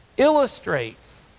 illustrates